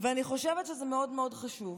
ואני חושבת שזה מאוד מאוד חשוב.